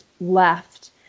left